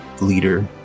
leader